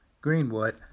Greenwood